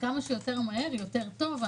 כמה שיותר מהר, יותר טוב.